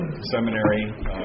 Seminary